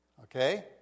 Okay